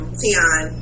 tian